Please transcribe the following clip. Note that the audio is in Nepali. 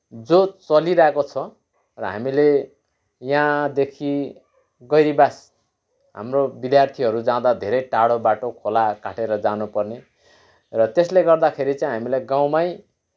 जो चलिरहेको छ र हामीले यहाँदेखि गैरीबास हाम्रो विद्यार्थीहरू जाँदा धेरै टाढा बाटो खोला काटेर जानुपर्ने र त्यसले गर्दाखेरि चाहिँ हामीलाई गाउँमै